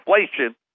inflation